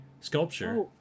sculpture